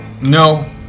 No